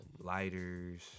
lighters